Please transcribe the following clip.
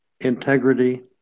Integrity